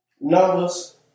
numbers